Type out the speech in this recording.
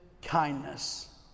Kindness